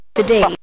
today